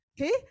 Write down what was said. Okay